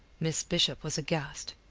miss bishop was aghast.